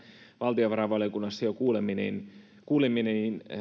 valtiovarainvaliokunnassa jo kuulimme